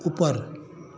ऊपर